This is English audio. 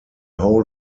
whole